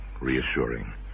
reassuring